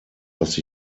dass